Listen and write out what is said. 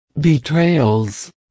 betrayals